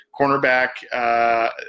Cornerback